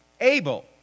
Abel